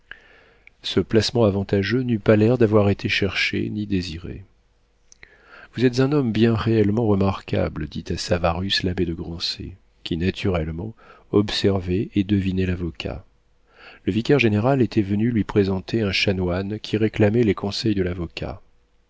ce placement avantageux n'eut pas l'air d'avoir été cherché ni désiré vous êtes un homme bien réellement remarquable dit à savarus l'abbé de grancey qui naturellement observait et devinait l'avocat le vicaire général était venu lui présenter un chanoine qui réclamait les conseils de l'avocat